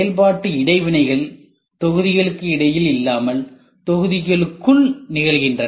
செயல்பாட்டு இடைவினைகள் தொகுதிகளுக்கு இடையில் இல்லாமல் தொகுதிகளுக்குள் நிகழ்கின்றன